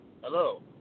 Hello